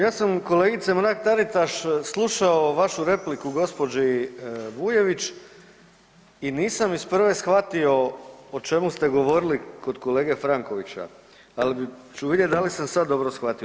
Ja sam kolegice Mrak Taritaš slušao vašu repliku gospođi Bujević i nisam iz prve shvatio o čemu ste govorili kod kolege Frankovića, ali ću vidjeti da li sam sad dobro shvatio.